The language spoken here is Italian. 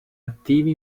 attivi